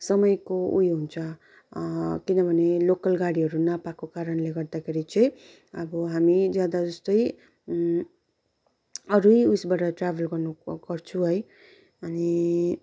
समयेको ऊ यो हुन्छ किनभने लोकल गाडीहरू नपाएको कारणले गर्दाखेरि चाहिँ अब हामी ज्यादा जस्तै अरू नै उयसबट ट्राभल गर्नु गर्छु है अनि